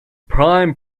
prime